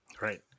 Right